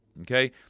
Okay